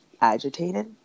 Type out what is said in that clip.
agitated